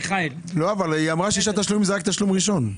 אבל היא אמרה ששישה תשלומים זה רק תשלום ראשון.